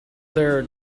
their